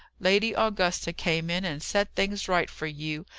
lady augusta came in and set things right for you,